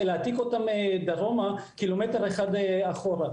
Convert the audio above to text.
ולהעתיק אותם דרומה קילומטר אחד אחורה.